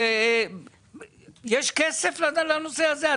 יש כסף לנושא הזה?